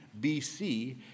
BC